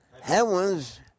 Heavens